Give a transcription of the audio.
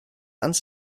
ans